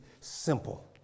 simple